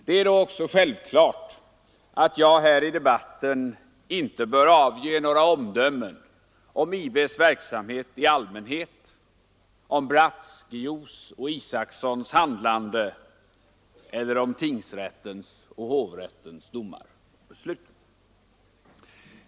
Det är då också självklart att jag här i debatten inte bör avge några omdömen om IB:s verksamhet i allmänhet, om Bratts, Guillous och Isacsons handlande eller om tingsrättens och hovrättens domar och beslut.